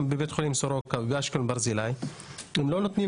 בבית החולים סורוקה ובברזילי באשקלון לא נותנים